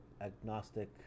agnostic